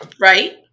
right